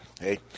Hey